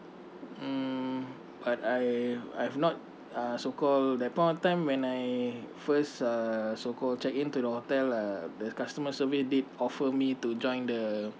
um but I I have not uh so called that point of time when I first uh so called checked in to the hotel uh the customer service did offer me to join the